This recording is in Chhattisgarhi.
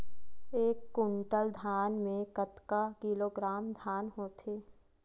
एक कुंटल धान में कतका किलोग्राम धान होथे?